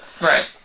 Right